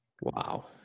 Wow